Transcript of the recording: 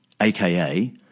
aka